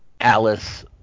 Alice